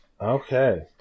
Okay